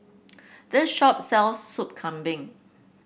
this shop sells Soup Kambing